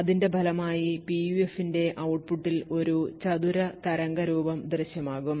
അതിന്റെ ഫലമായി PUF ന്റെ ഔട്ട്പുട്ടിൽ ഒരു ചതുര തരംഗരൂപം ദൃശ്യമാകും